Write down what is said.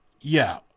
Yeah